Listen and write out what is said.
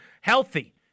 healthy